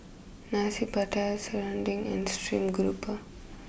Nasi Pattaya Serunding and stream grouper